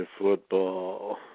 football